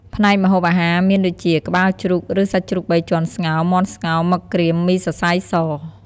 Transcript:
ផ្នែកម្ហូបអាហារ មានដូចជា ក្បាលជ្រូក ឬ សាច់ជ្រូកបីជាន់ស្ងោរ មាន់ស្ងោរ មឹកក្រៀម មីសសៃរស...។